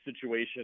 situation